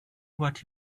what